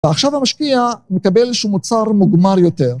ועכשיו המשקיע מקבל שהוא מוצר מוגמר יותר.